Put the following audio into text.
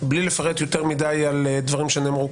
בלי לפרט יותר מדי על דברים שנאמרו,